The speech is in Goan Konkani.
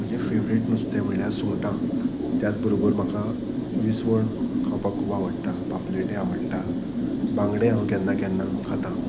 म्हजे फेवरेट नुस्तें म्हळ्यार सुंगटां त्याच बरोबर म्हाका विस्वण खावपाक खूब आवडटा पापलेटी आवडटा बांगडे हांव केन्ना केन्ना खाता